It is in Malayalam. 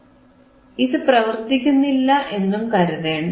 അയ്യോ ഇതു പ്രവർത്തിക്കുന്നില്ല എന്നും കരുതേണ്ട